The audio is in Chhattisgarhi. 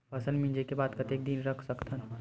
फसल मिंजे के बाद कतेक दिन रख सकथन?